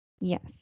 Yes